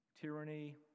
tyranny